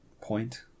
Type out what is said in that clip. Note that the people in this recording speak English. point